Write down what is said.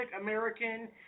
American